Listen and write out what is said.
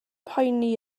poeni